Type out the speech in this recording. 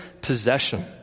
possession